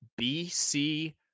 bc